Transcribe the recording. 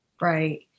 Right